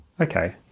Okay